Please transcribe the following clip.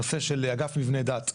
נושא של אגף מבני דת.